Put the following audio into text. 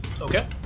Okay